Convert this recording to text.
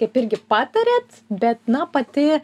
kaip irgi patariat bet na pati